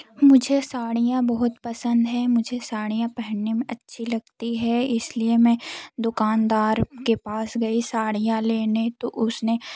मुझे साड़ियाँ बहुत पसंद है मुझे साड़ियाँ पहनने में अच्छी लगती है इसलिए मैं दुकानदार के पास गई साड़ियाँ लेने तो उसने